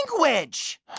language